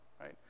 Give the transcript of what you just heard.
right